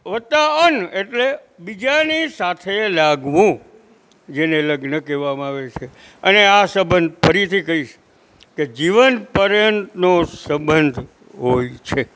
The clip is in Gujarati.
વત્તા અન્ન એટલે બીજાની સાથે લાગવું જેને લગ્ન કહેવામાં આવે છે અને આ સબંધ ફરીથી કહીશ કે જીવન પર્યંતનો સબંધ હોય છે